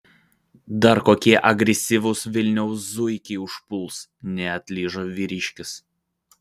dar kokie agresyvūs vilniaus zuikiai užpuls neatlyžo vyriškis